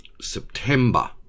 September